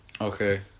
Okay